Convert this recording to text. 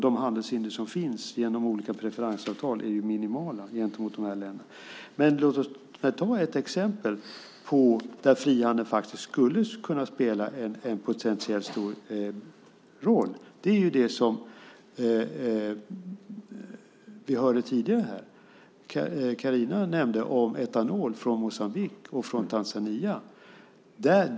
De handelshinder som finns i olika preferensavtal är minimala gentemot dessa länder. Men låt oss ta ett exempel där frihandeln skulle kunna spela en potentiellt stor roll, nämligen det vi tidigare hörde Carina nämna om etanol från Moçambique och Tanzania.